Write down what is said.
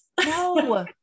no